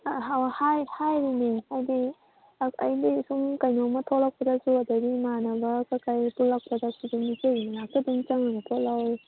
ꯍꯥꯏꯔꯤꯅꯦ ꯍꯥꯏꯗꯤ ꯍꯥꯏꯗꯤ ꯁꯨꯝ ꯀꯩꯅꯣꯝꯃ ꯊꯣꯂꯛꯄꯗꯁꯨ ꯑꯗꯩꯗꯤ ꯏꯃꯥꯟꯅꯕ ꯀꯩꯀꯩ ꯄꯨꯜꯂꯛꯄꯗꯁꯨ ꯑꯗꯨꯝ ꯏꯆꯦꯒꯤ ꯃꯅꯥꯛꯇ ꯑꯗꯨꯝ ꯆꯪꯉꯒ ꯄꯣꯠ ꯂꯧ